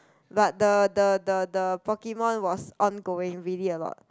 but the the the the Pokemon was ongoing really a lot